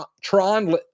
Tron